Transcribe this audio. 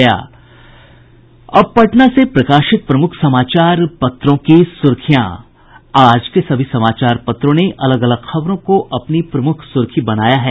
अब पटना से प्रकाशित प्रमुख समाचार पत्रों की सुर्खियां आज के सभी समाचार पत्रों ने अलग अलग खबरों को अपनी प्रमुख सुर्खी बनाया है